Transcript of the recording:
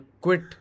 quit